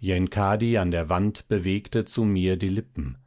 yenkadi an der wand bewegte zu mir die lippen